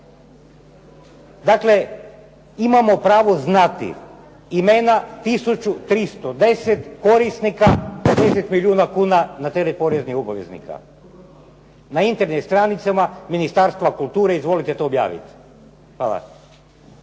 Dakle, imamo pravo znati imena tisuću 310 korisnika 50 milijuna kuna na teret poreznih obveznika. Na internet stranicama Ministarstva kulture izvolite to objaviti. Hvala.